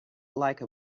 like